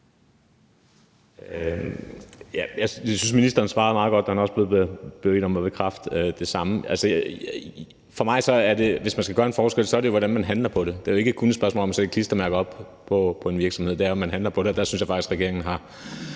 Jeg synes, ministeren svarede meget godt på det, da han blev bedt om at bekræfte det samme. For mig er det jo, hvis man skal gøre en forskel, et spørgsmål om, hvordan man handler på det. Det er jo ikke kun et spørgsmål om at sætte et klistermærke op på en virksomhed, men det er jo, at man handler på det. Og der synes jeg faktisk, at regeringen har